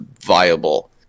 viable